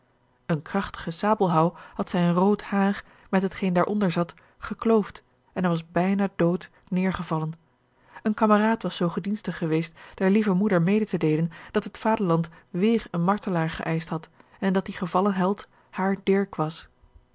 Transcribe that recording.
eene krachtige sabelhouw had zijn rood haar met hetgeen daar onder zat gekloofd en hij was bijna dood neêrgevallen een kameraad was zoo gedienstig geweest der lieve moeder mede te deelen dat het vaderland weêr een martelaar geeischt had en dat die gevallen held haar dirk was